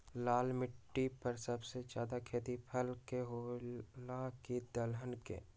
लाल मिट्टी पर सबसे ज्यादा खेती फल के होला की दलहन के?